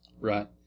right